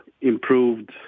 improved